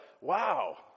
Wow